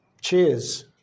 Cheers